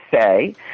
say